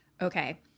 okay